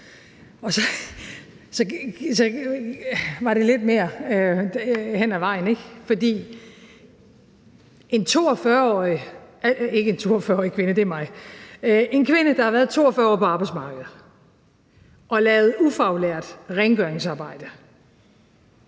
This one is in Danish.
at en kvinde, der har været 42 år på arbejdsmarkedet og lavet ufaglært rengøringsarbejde,